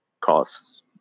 costs